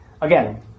Again